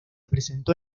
presentó